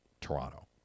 toronto